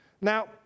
Now